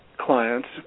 clients